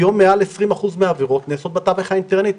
היום מעל ל-20% מהעבירות נעשות בתווך האינטרנטי,